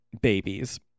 Babies